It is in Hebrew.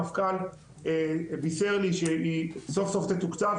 המפכ"ל בישר לי שהיא סוף סוף תתוקצב,